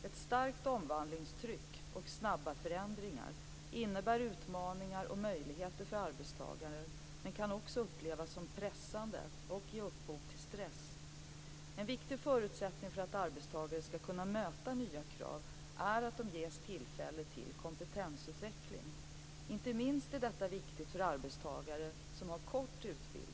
Ett starkt omvandlingstryck och snabba förändringar innebär utmaningar och möjligheter för arbetstagarna, men kan också upplevas som pressande och ge upphov till stress. En viktig förutsättning för att arbetstagare skall kunna möta nya krav är att de ges tillfälle till kompetensutveckling. Inte minst är detta viktigt för arbetstagare som har kort utbildning.